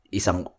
isang